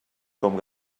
com